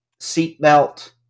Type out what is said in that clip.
Seatbelt